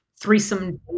threesome